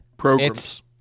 Programs